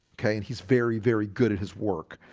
okay, and he's very very good at his work